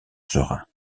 serein